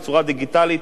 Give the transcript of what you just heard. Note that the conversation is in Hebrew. בצורה דיגיטלית,